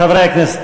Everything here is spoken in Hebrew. חברי הכנסת,